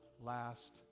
last